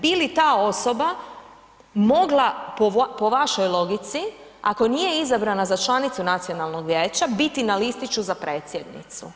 Bi li ta osoba mogla po vašoj logici, ako nije izabrana za članicu nacionalnog vijeća, biti na listiću za predsjednicu?